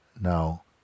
Now